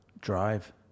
Drive